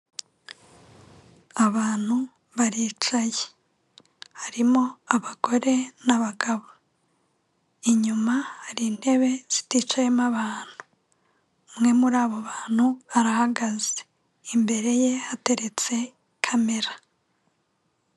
Abantu baricaye harimo abagore n'abagabo, inyuma hari intebe ziticayemo abantu umwe muri abo bantu arahagaze, imbere ye hateretse kamera.